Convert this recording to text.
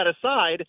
aside